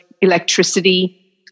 electricity